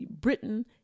britain